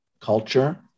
culture